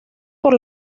por